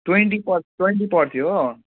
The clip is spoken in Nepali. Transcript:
ट्वेन्टी पर ट्वेन्टी पर्थ्यो हो